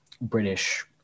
British